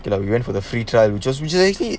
you know you went for the free trial which was usually